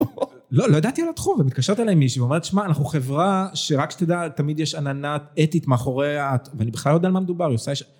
לא, לא ידעתי על התחום, ומתקשרת אליי מישהו, אומרת, שמע, אנחנו חברה שרק שתדע, תמיד יש עננה אתית מאחורי ה..ואני בכלל לא יודע על מה מדובר,